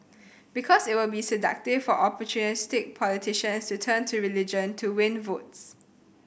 because it will be seductive for opportunistic politicians to turn to religion to win votes